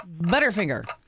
Butterfinger